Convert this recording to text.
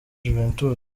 juventus